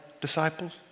disciples